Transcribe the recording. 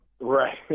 right